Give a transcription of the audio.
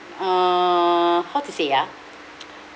err how to say ah